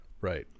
Right